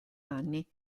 anni